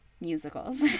musicals